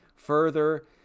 further